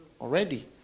already